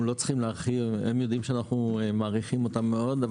הם יודעים שאנו מעריכים אותה מאוד.